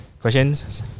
questions